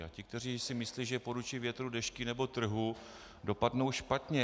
A ti, kteří si myslí, že poručí větru, dešti nebo trhu, dopadnou špatně.